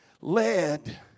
led